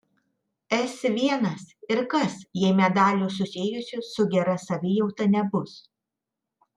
s l ir kas jei medalių susijusių su gera savijauta nebus